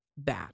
bad